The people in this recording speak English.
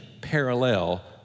parallel